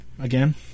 Again